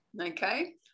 okay